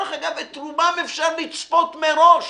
שדרך אגב את רובם אפשר לצפות מראש.